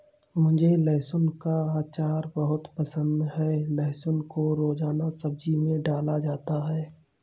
मुझे लहसुन का अचार बहुत पसंद है लहसुन को रोजाना सब्जी में डाला जाता है